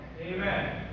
Amen